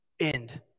end